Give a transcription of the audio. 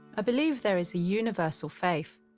ah believe there is a universal faith,